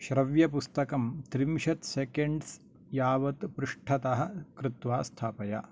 श्रव्यपुस्तकं त्रिंशत् सेकेण्ड्स् यावत् पृष्ठतः कृत्वा स्थापय